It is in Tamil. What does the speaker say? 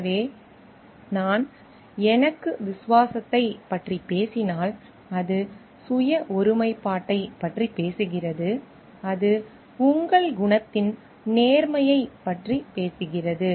எனவே நான் எனக்கு விசுவாசத்தைப் பற்றி பேசினால் அது சுய ஒருமைப்பாட்டைப் பற்றி பேசுகிறது அது உங்கள் குணத்தின் நேர்மையைப் பற்றி பேசுகிறது